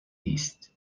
نیست